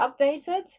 updated